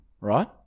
right